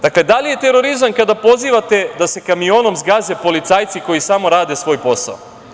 Dakle, da li je terorizam kada pozivate da se kaminom zgaze policajci koji samo rade svoj posao?